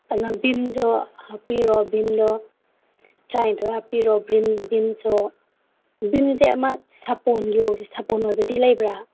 ꯀꯩꯅꯣ ꯚꯤꯝꯁꯨ ꯍꯥꯞꯄꯤꯌꯣ ꯚꯤꯝꯗꯣ ꯇ꯭ꯔꯥꯅꯤꯊꯣꯏ ꯍꯥꯞꯄꯤꯔꯣ ꯚꯤꯝꯁꯨ ꯚꯤꯝꯁꯦ ꯑꯃ ꯁꯥꯄꯣꯟꯒꯤ ꯁꯥꯄꯣꯟ ꯑꯣꯏꯕꯗꯤ ꯂꯩꯕ꯭ꯔꯥ